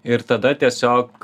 ir tada tiesiog